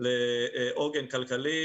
לעוגן כלכלי,